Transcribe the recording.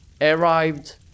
arrived